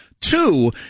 Two